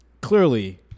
Clearly